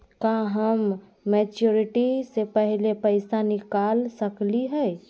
का हम मैच्योरिटी से पहले पैसा निकाल सकली हई?